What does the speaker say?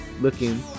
looking